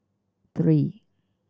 three